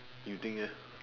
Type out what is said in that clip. you think eh